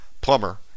plumber